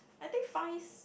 I think fives